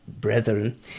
brethren